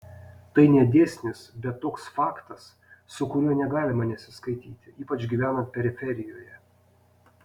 tai ne dėsnis bet toks faktas su kuriuo negalima nesiskaityti ypač gyvenant periferijoje